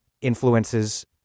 influences